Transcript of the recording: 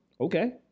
okay